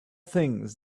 things